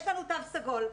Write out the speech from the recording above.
יש לנו תו סגול.